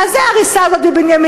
מה זה ההריסה הזאת בבנימין?